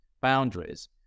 boundaries